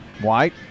White